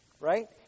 right